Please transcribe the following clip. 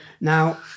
now